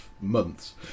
months